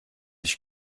ich